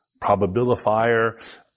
probabilifier